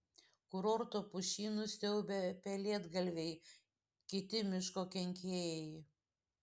kurorto pušynus siaubia pelėdgalviai kiti miško kenkėjai